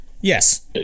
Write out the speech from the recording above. Yes